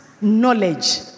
Knowledge